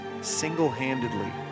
single-handedly